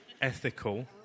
ethical